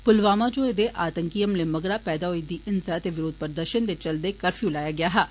पुलवामा च होए दआतंकी हमले मगरा पैदा होई दी हिंसा ते विरोध प्रदर्षनें दे चलदे कर्फ्यू लाया गेआ हा